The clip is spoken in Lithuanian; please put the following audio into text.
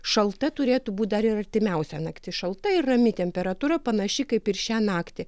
šalta turėtų būti dar ir artimiausia naktis šalta ir rami temperatūra panaši kaip ir šią naktį